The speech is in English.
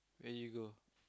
where did you go